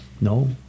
No